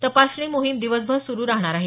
तपासणी मोहिम दिवसभर सुरू राहणार आहे